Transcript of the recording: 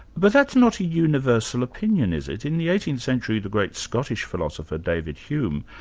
but that's not a universal opinion is it? in the eighteenth century the great scottish philosopher, david hume,